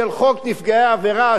חוק נפגעי עבירה,